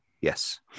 Yes